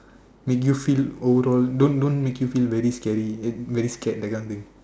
make you feel overall don't don't make you feel very scary very scared that kind of thing